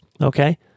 okay